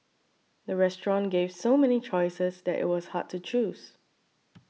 the restaurant gave so many choices that it was hard to choose